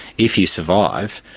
if you survive,